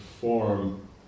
form